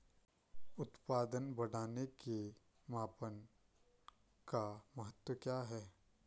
उत्पादन बढ़ाने के मापन का महत्व क्या है?